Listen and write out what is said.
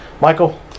Michael